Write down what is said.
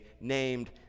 named